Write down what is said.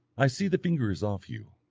i see the finger is off you.